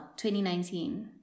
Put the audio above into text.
2019